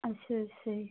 ਅੱਛਾ ਅੱਛਾ ਜੀ